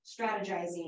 strategizing